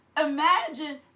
Imagine